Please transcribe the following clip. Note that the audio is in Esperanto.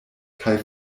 kaj